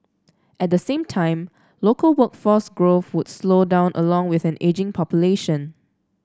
at the same time local workforce growth would slow down along with an ageing population